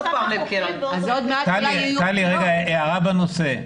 הערה בנושא.